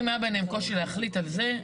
אם היה ביניהם קושי להחליט על זה,